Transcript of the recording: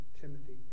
Timothy